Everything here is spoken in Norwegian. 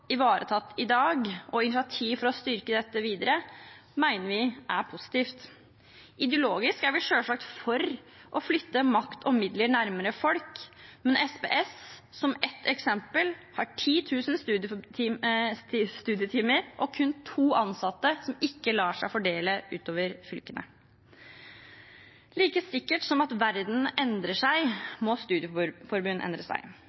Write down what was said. ivaretatt i dag og initiativ for å styrke dette videre mener vi er positivt. Ideologisk er vi selvsagt for å flytte makt og midler nærmere folk, men SPS, som ett eksempel, har 10 000 studietimer og kun to ansatte som ikke lar seg fordele utover fylkene. Like sikkert som at verden endrer seg, må studieforbund endre seg.